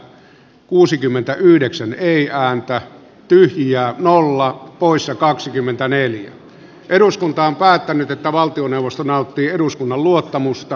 ensin äänestetään seppo kääriäisen ehdotuksesta jussi niinistön ehdotusta vastaan ja sen jälkeen siitä nauttiiko valtioneuvosto eduskunnan luottamusta